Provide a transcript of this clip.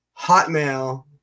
hotmail